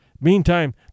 Meantime